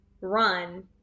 run